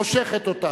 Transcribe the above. מושכת אותה.